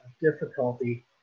difficulty